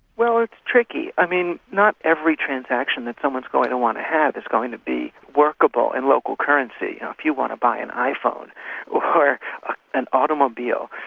well it's tricky. i mean not every transaction that someone's going to want to have is going to be workable in local currency. now if you want to buy an iphone or an automobile,